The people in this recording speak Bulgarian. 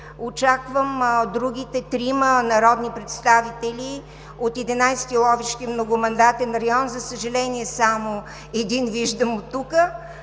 очаквам другите трима народни представители от 11-и Ловешки многомандатен район. За съжаление, само един виждам оттук,